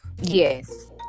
Yes